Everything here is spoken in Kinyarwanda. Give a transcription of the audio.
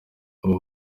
aba